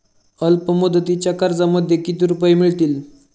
अल्पमुदतीच्या कर्जामध्ये किती रुपये मिळतील?